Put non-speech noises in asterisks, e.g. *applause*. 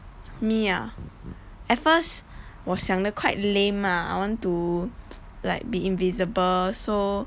me ah at first 我想的 quite lame ah I want to *noise* like be invisible so